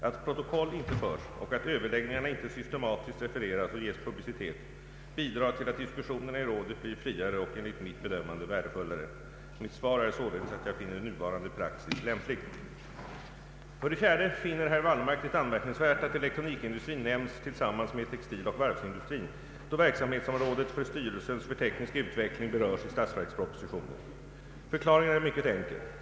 Att protokoll inte förs och att överläggningarna inte systematiskt refereras och ges publicitet bidrar till att diskussionerna i rådet blir friare och enligt mitt bedömande värdefullare. Mitt svar är således att jag finner nuvarande praxis lämplig. 4. För det fjärde finner herr Wallmark det anmärkningsvärt att elektronikindustrin nämns tillsammans med textiloch varvsindustrin, då verksamhetsområdet för styrelsen för teknisk utveckling berörs i statsverkspropositionen. Förklaringen är mycket enkel.